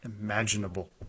imaginable